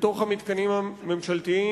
בתוך המתקנים הממשלתיים